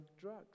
drugs